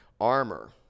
armor